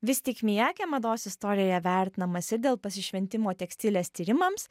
vis tik miakė mados istorijoje vertinamas ir dėl pasišventimo tekstilės tyrimams